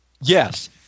Yes